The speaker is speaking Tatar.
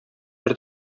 бер